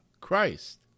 Christ